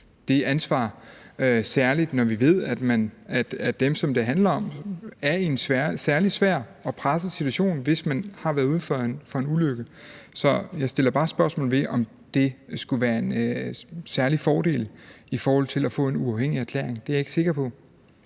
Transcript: det ansvar – især når vi ved, at dem, som det handler om, er i en særlig svær og presset situation, hvis de har været ude for en ulykke. Så jeg sætter bare spørgsmålstegn ved, om det skulle være en særlig fordel i forhold til at få en uafhængig erklæring. Det er jeg ikke sikker på.